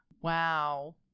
Wow